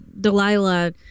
delilah